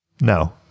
No